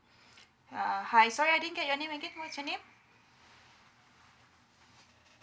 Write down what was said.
uh hi sorry I didn't get your name again what's your name